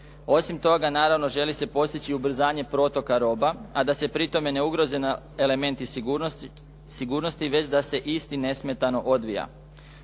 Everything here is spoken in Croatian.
Osim toga, naravno želi se postići ubrzanje protoka roba, a da se pritome ne ugroze elementi sigurnosti, već da se isti nesmetano odvija.